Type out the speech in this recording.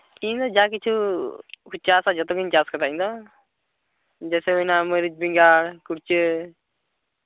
ᱤᱧ ᱫᱚ ᱡᱟ ᱠᱤᱪᱷᱩᱧ ᱪᱟᱥᱟ ᱡᱚᱛᱚ ᱜᱤᱧ ᱪᱟᱥ ᱠᱟᱫᱟ ᱤᱧ ᱫᱚ ᱡᱮᱭᱥᱮ ᱦᱩᱭᱱᱟ ᱢᱟᱹᱨᱤᱪ ᱵᱮᱜᱟᱬ ᱠᱩᱲᱪᱟᱹ